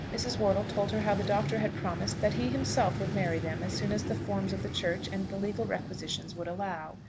mrs. wortle told her how the doctor had promised that he himself would marry them as soon as the forms of the church and the legal requisitions would allow.